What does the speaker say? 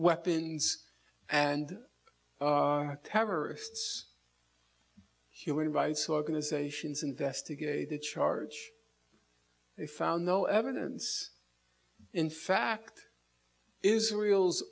weapons and terrorists human rights organizations investigate a charge they found no evidence in fact israel's